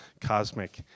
cosmic